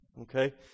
Okay